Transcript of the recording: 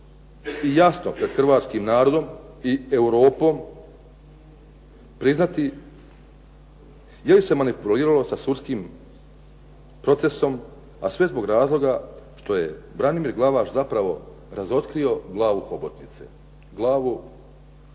i jasno pred hrvatskim narodom i Europom priznati je li se manipuliralo sa sudskim procesom, a sve zbog razloga što je Branimir Glavaš zapravo razotkrio glavu hobotnice. Glavu kriminala